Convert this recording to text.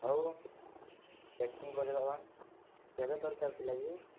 ହଉ ପ୍ୟାକିଙ୍ଗ କରିଦେବା କେବେ ଦରକାର ଥିଲା କି